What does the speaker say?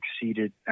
exceeded